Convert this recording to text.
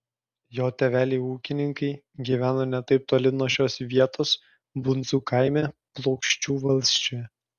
jo tėveliai ūkininkai gyveno ne taip toli nuo šios vietos bundzų kaime plokščių valsčiuje